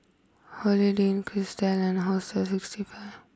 holiday Inn Kerrisdale and Hostel sixty five